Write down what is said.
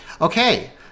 okay